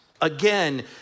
again